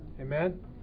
Amen